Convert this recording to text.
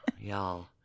y'all